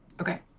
Okay